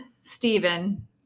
Stephen